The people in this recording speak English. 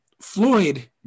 Floyd